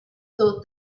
thought